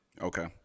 Okay